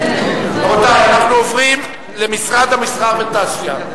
רבותי, אנחנו עוברים למשרד המסחר והתעשייה.